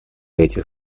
этих